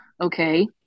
okay